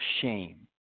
shame